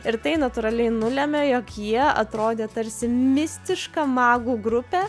ir tai natūraliai nulemia jog jie atrodė tarsi mistiška magų grupė